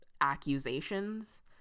accusations